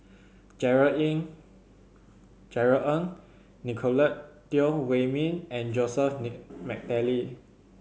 Jerry In Jerry Ng Nicolette Teo Wei Min and Joseph McNally